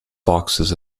boxes